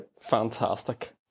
Fantastic